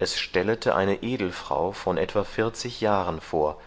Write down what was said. es stellete eine edelfrau von etwa vierzig jahren vor